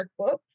workbook